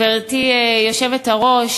גברתי היושבת-ראש,